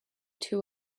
two